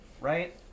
Right